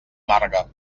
marga